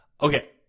Okay